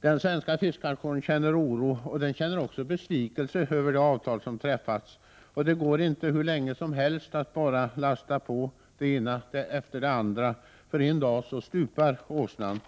Den svenska fiskarkåren känner oro och också besvikelse över det avtal som träffats. Det går inte hur länge som helst att lasta på en åsna det ena efter det andra, för en dag stupar åsnan.